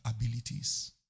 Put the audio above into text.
abilities